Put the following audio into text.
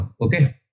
okay